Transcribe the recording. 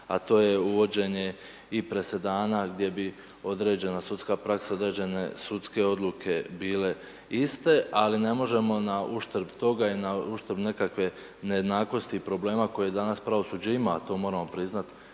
a to je uvođenje i presedana gdje bi određena sudska praksa, određene sudske odluke bile iste, ali ne možemo na uštrb toga i na uštrb nekakve nejednakosti i problema koje danas pravosuđe ima, a to moramo priznat